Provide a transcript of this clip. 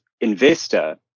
investor